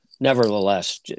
Nevertheless